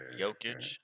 Jokic